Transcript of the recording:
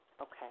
Okay